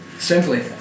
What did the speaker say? Simply